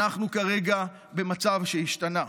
אנחנו כרגע במצב שהשתנה,